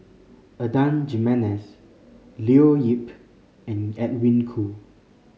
Adan Jimenez Leo Yip and Edwin Koo